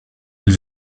elle